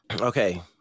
Okay